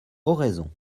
oraison